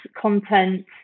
content